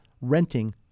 renting